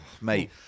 mate